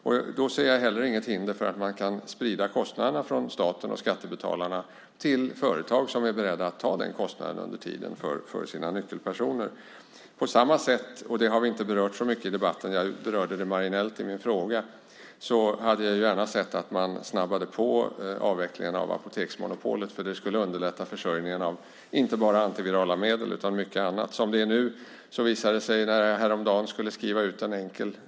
Jag ser heller inget hinder för att man kan sprida kostnaderna från staten och skattebetalarna till företag som är beredda at ta den kostnaden under tiden för sina nyckelpersoner. Jag hade gärna sett att man snabbade på avvecklingen av apoteksmonopolet, för det skulle underlätta försörjningen av inte bara antivirala medel utan även mycket annat. Det har vi inte berört så mycket i debatten; jag berörde det marginellt i min fråga. Jag ska ge ett exempel på hur det är nu.